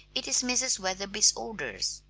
it is mrs. wetherby's orders.